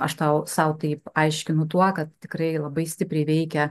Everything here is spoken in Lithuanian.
aš tau sau taip aiškinu tuo kad tikrai labai stipriai veikia